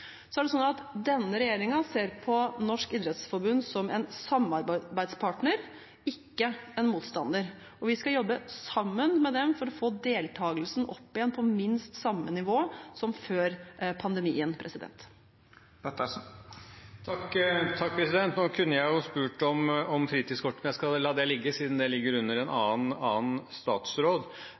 Denne regjeringen ser på Norges idrettsforbund som en samarbeidspartner, ikke en motstander, og vi skal jobbe sammen med dem for å få deltakelsen opp igjen på minst samme nivå som før pandemien. Nå kunne jeg spurt om fritidskortet, men jeg skal la det ligge siden det ligger under en annen statsråd.